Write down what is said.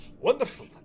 Wonderful